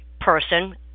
person